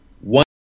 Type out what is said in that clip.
One